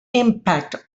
impact